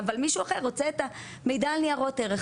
אבל מישהו אחר רוצה את המידע לניירות ערך.